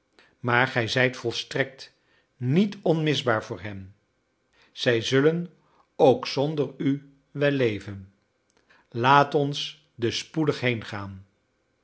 maar gij zijt volstrekt niet onmisbaar voor hen zij zullen ook zonder u wel leven laat ons dus spoedig